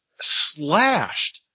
slashed